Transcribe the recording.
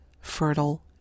fertile